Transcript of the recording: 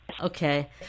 Okay